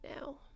now